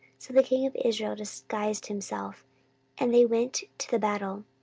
so the king of israel disguised himself and they went to the battle.